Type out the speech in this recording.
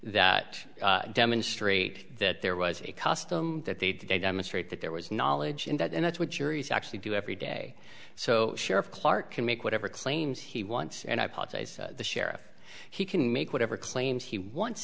that demonstrate that there was a custom that they did they demonstrate that there was knowledge in that and that's what yuri's actually do every day so sure of clark can make whatever claims he wants and i apologize the sheriff he can make whatever claims he wants